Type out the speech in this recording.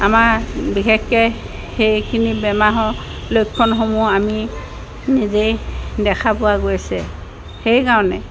আমাৰ বিশেষকৈ সেইখিনি বেমাৰৰ লক্ষণসমূহ আমি নিজেই দেখা পোৱা গৈছে সেইকাৰণে